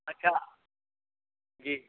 अच्छा जी